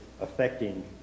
affecting